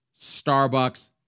Starbucks